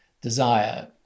desire